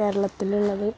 കേരളത്തിൽ ഉള്ളത്